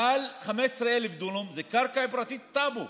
מעל 15,000 דונם זו קרקע פרטית בטאבו.